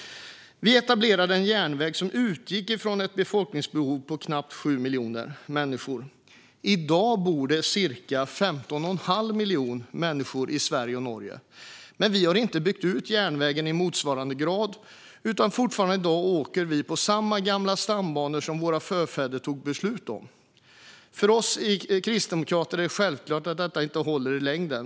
Vi etablerade en järnväg som utgick från ett befolkningsbehov på knappt 7 miljoner människor. I dag bor det ca 15,5 miljoner människor i Sverige och Norge. Men vi har inte byggt ut järnvägen i motsvarande grad, utan fortfarande i dag åker vi på samma gamla stambanor som våra förfäder tog beslut om. För oss i Kristdemokraterna är det självklart att detta inte håller i längden.